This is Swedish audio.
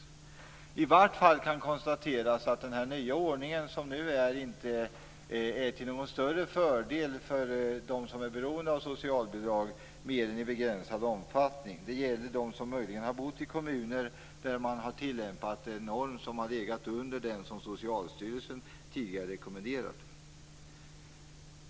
Det kan i varje fall konstateras att den nya ordning som nu råder inte är till någon större fördel för dem som är beroende av socialbidrag, mer än i begränsad omfattning. Det kan gälla dem som har bott i kommuner där man har tillämpat en norm som har legat under den som Socialstyrelsen tidigare rekommenderat.